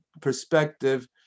perspective